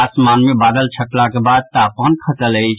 आसमान मे बादल छटलाक बाद तापमान खसल अछि